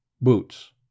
Boots